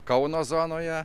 kauno zonoje